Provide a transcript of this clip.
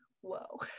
Whoa